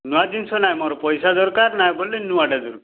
ନା ଜିନିଷ ନାଇ ମୋର ପଇସା ଦରକାର ନା ବୋଲେ ନୂଆଟେ ଦରକାର